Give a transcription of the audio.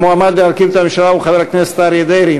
המועמד להרכיב את הממשלה הוא חבר הכנסת אריה דרעי.